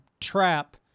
trap